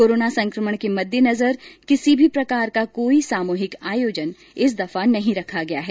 corona संक्रमण के मददेनजर किसी भी प्रकार का कोई सामूहिक आयोजन नहीं रखा गया है